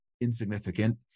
insignificant